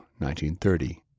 1930